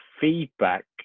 feedback